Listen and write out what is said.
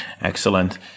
Excellent